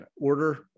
order